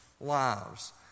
lives